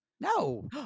No